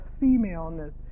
femaleness